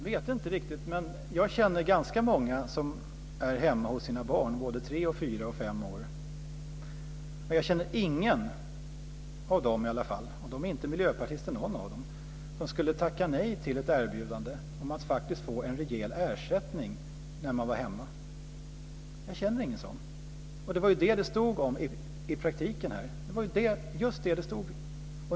Fru talman! Jag känner ganska många som är hemma hos sina barn både tre, fyra och fem år. De är inte miljöpartister någon av dem. Men ingen av dem skulle tacka nej till ett erbjudande om att faktiskt få en rejäl ersättning när de var hemma. Jag känner ingen sådan. Det var ju detta det stod om i praktiken här.